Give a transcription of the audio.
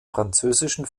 französischen